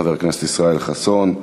חבר הכנסת ישראל חסון.